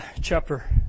chapter